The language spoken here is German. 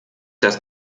dass